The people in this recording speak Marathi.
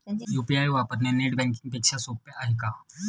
यु.पी.आय वापरणे नेट बँकिंग पेक्षा सोपे आहे का?